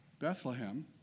Bethlehem